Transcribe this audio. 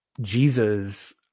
Jesus